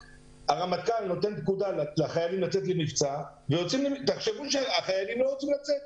הרמטכ"ל נותן פקודה לחיילים לצאת למבצע והחיילים לא רוצים לצאת.